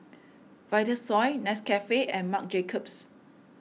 Vitasoy Nescafe and Marc Jacobs